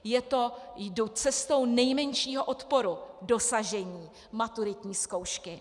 Je to: jdu cestou nejmenšího odporu dosažení maturitní zkoušky.